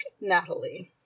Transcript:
Natalie